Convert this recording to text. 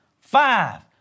Five